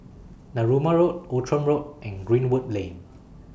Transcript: Narooma Road Outram Road and Greenwood Lane